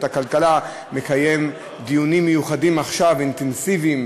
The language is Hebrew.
הכלכלה מקיים עכשיו דיונים מיוחדים אינטנסיביים,